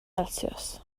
celsius